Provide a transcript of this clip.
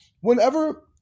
whenever